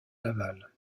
laval